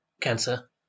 cancer